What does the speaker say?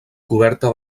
coberta